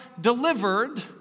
delivered